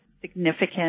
significant